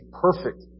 perfect